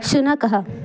शुनकः